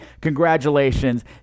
Congratulations